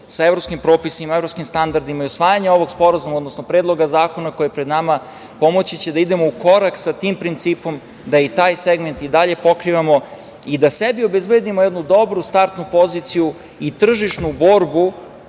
sa evropskim propisima, evropskim standardima i usvajanje ovog sporazuma, odnosno Predloga zakona koji je pred nama, pomoći će da idemo ukorak sa tim principom, da i taj segment i dalje pokrivamo i da sebi obezbedimo jednu dobru startnu poziciju i tržišnu borbu